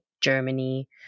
Germany